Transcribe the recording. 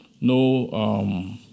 no